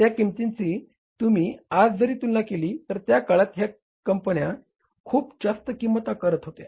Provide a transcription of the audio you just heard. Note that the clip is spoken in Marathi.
त्या किमतींची तुम्ही आज जरी तुलना केली तरी त्याकाळात ह्या कंपन्या खूप जास्त किंमत आकारत होत्या